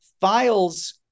files